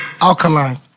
Alkaline